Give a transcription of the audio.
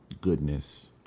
goodness